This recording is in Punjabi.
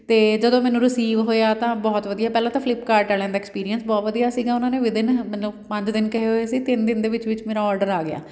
ਅਤੇ ਜਦੋਂ ਮੈਨੂੰ ਰਿਸੀਵ ਹੋਇਆ ਤਾਂ ਬਹੁਤ ਵਧੀਆ ਪਹਿਲਾਂ ਤਾਂ ਫਲਿੱਪਕਾਰਟ ਵਾਲਿਆਂ ਦਾ ਐਕਸਪੀਰੀਅੰਸ ਬਹੁਤ ਵਧੀਆ ਸੀਗਾ ਉਹਨਾਂ ਨੇ ਵਿਦਇਨ ਮੈਨੂੰ ਪੰਜ ਦਿਨ ਕਹੇ ਹੋਏ ਸੀ ਤਿੰਨ ਦਿਨ ਦੇ ਵਿੱਚ ਵਿੱਚ ਮੇਰਾ ਔਡਰ ਆ ਗਿਆ